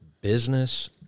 business